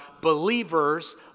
believers